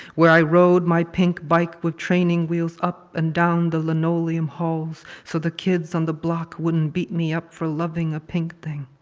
where i rode my pink bike with training wheels up and down the linoleum halls so the kids on the block wouldn't beat me up for loving a pink thing.